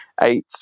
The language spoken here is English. eight